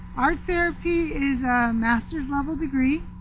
art therapy is a master's level degree.